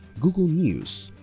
google news,